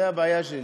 זאת הבעיה שלי.